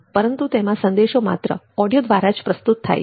પરંતુ તેમાં સંદેશો માત્ર ઓડિયો દ્વારા પ્રસ્તુત થાય છે